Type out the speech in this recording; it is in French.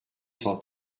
cent